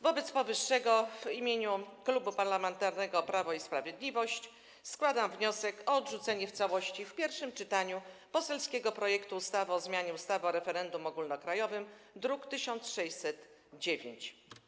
Wobec powyższego w imieniu Klubu Parlamentarnego Prawo i Sprawiedliwość składam wniosek o odrzucenie w całości w pierwszym czytaniu poselskiego projektu ustawy o zmianie ustawy o referendum ogólnokrajowym, druk nr 1609.